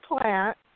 plant